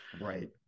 Right